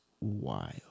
wild